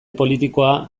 politikoa